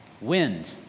wind